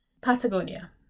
Patagonia